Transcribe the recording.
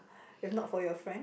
if not for your friend